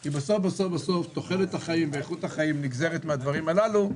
כי בסוף בסוף תוחלת החיים ואיכות החיים נגזרת מן הדברים הללו.